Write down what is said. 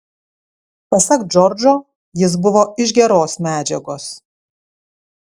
pasak džordžo jis buvo iš geros medžiagos